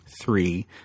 three